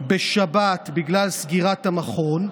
בשבת בגלל סגירת המכון,